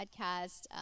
podcast